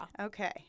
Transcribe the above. okay